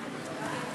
אלה.